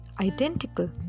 identical